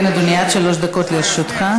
עד שלוש דקות לרשותך.